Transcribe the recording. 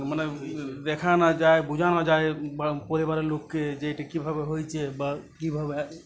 মানে দেখা না যায় বোঝা না যায় বা পরিবারের লোককে যে এটা কীভাবে হয়েছে বা কীভাবে